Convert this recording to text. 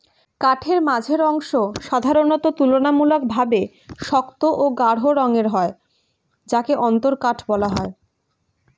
কাঠের মাঝের অংশ সাধারণত তুলনামূলকভাবে শক্ত ও গাঢ় রঙের হয় যাকে অন্তরকাঠ বলা হয়